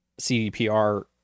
CDPR